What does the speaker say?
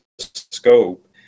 scope